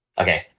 Okay